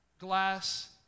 glass